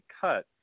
cut